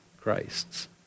Christ's